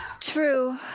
True